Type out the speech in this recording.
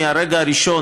מהרגע הראשון,